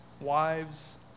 wives